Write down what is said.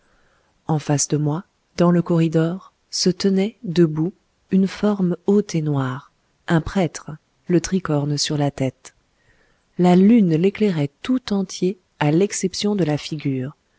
en face de moi dans le corridor se tenait debout une forme haute et noire un prêtre le tricorne sur la tête la lune l'éclairait tout entier à l'exception de la figure